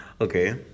okay